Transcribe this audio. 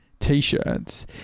t-shirts